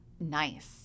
nice